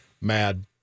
Mad